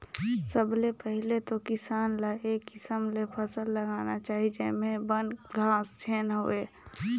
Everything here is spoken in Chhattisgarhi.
सबले पहिले तो किसान ल ए किसम ले फसल लगाना चाही जेम्हे बन, घास झेन होवे